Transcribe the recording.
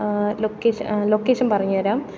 location പറഞ്ഞുതരാം